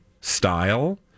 style